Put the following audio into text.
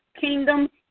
Kingdom